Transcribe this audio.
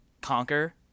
Conquer